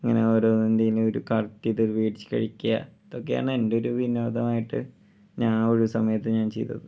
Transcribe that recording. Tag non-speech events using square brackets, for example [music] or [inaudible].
[unintelligible] collect ചെയ്ത് മേടിച്ച് കഴിക്കുക ഇതൊക്കെയാണ് എൻ്റെ ഒരു വിനോദമായിട്ട് ഞാൻ ഒഴിവ് സമയത്ത് ഞാൻ ചെയ്തത്